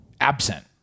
absent